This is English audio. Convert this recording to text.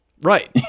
Right